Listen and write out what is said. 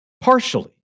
Partially